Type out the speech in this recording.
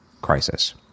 crisis